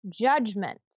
judgment